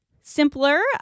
simpler